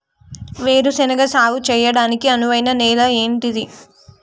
వేరు శనగ సాగు చేయడానికి అనువైన నేల ఏంటిది?